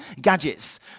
gadgets